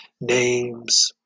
names